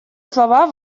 слова